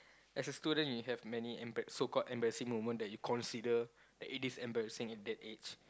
as a student you have many embar~ so called embarrassing moment that you consider that it is embarrassing at that age